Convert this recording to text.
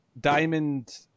Diamond